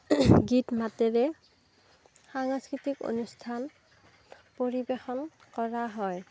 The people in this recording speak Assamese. গীত মাতেৰে সাংস্কৃতিক অনুষ্ঠান পৰিবেশন কৰা হয়